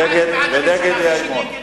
(הפחתת תקציב או תמיכה בשל פעילות נגד עקרונות המדינה),